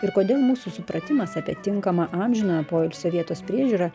ir kodėl mūsų supratimas apie tinkamą amžinojo poilsio vietos priežiūrą